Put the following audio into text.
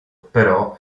però